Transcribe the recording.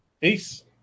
Peace